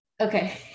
okay